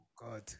God